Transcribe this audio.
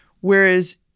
Whereas